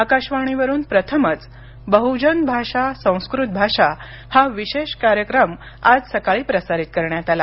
आकाशवाणीवरून प्रथमच बहुजन भाषा संस्कृत भाषा हा विशेष कार्यक्रमाचं आज सकाळी प्रसारित करण्यात आला